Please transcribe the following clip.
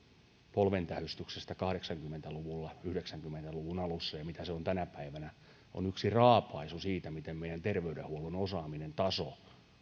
polven tähystyksestä kahdeksankymmentä luvulla yhdeksänkymmentä luvun alussa ja siitä mitä se on tänä päivänä on yksi raapaisu siitä miten meidän terveydenhuoltomme osaamisen taso